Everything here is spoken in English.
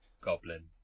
Goblin